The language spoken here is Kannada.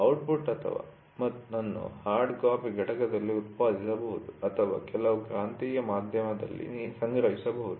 ಔಟ್ಟ್ಪುಟ್ ಅನ್ನು ಹಾರ್ಡ್ ಕಾಪಿ ಘಟಕದಲ್ಲಿ ಉತ್ಪಾದಿಸಬಹುದು ಅಥವಾ ಕೆಲವು ಕಾಂತೀಯ ಮಾಧ್ಯಮದಲ್ಲಿ ಸಂಗ್ರಹಿಸಬಹುದು